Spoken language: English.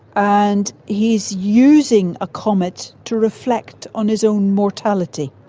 and he's using a comet to reflect on his own mortality.